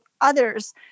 others